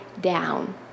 down